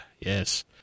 Yes